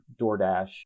DoorDash